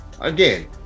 Again